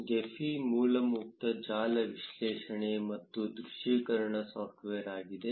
Gephi ಮೂಲ ಮುಕ್ತ ಜಾಲ ವಿಶ್ಲೇಷಣೆ ಮತ್ತು ದೃಶ್ಯೀಕರಣ ಸಾಫ್ಟ್ವೇರ್ ಆಗಿದೆ